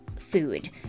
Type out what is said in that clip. food